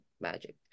magic